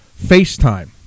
FaceTime